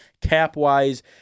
cap-wise